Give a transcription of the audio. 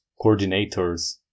coordinators